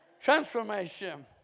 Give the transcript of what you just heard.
transformation